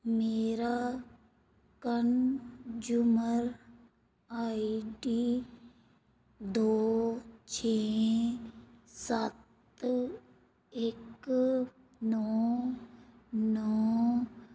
ਮੇਰਾ consumer ID ਦੋ ਛੇ ਸੱਤ ਇੱਕ ਨੌਂ ਨੌਂ